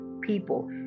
people